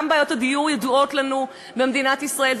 גם בעיות הדיור ידועות לנו במדינת ישראל,